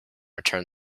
return